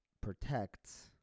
protects